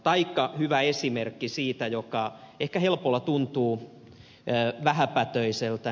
taikka hyvä esimerkki joka ehkä helposti tuntuu vähäpätöiseltä